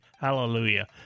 Hallelujah